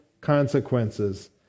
consequences